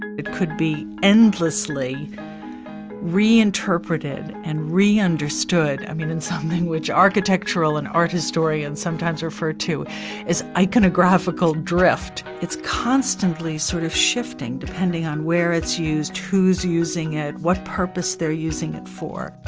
it could be endlessly reinterpreted and reunderstood. i mean, it's something which architectural and art historians sometimes refer to as iconographical drift. it's constantly sort of shifting depending on where it's used, who's using it, what purpose they're using it for.